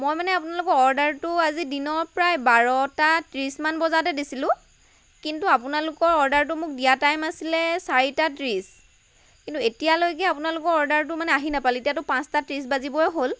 মই মানে আপোনালোকৰ অৰ্ডাৰটো আজি দিনৰ প্ৰায় বাৰটা ত্ৰিছ মান বজাতে দিছিলোঁ কিন্তু আপোনালোকৰ অৰ্ডাৰটো মোক দিয়া টাইম আছিলে চাৰিটা ত্ৰিশ কিন্তু এতিয়ালৈকে আপোনালোকৰ অৰ্ডাৰটো মানে আহি নাপালে এতিয়াটো পাঁচটা ত্ৰিশ বাজিবই হ'ল